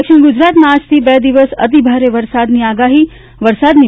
દક્ષિણ ગુજરાતમાં આજથી બે દિવસ અતિભારે વરસાદની આગાહી વરસાદની